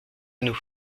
nous